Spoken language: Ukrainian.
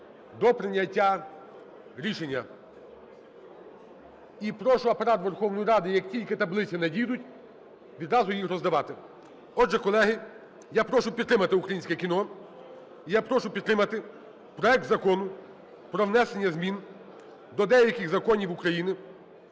до прийняття рішення. І прошу Апарат Верховної Ради, як тільки таблиці надійдуть, відразу їх роздавати. Отже, колеги, я прошу підтримати українське кіно і я прошу підтримати проект Закону про внесення змін до деяких законів України